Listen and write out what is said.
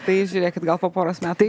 tai žiūrėkit gal po poros metų